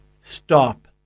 stop